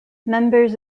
members